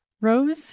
Rose